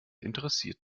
interessiert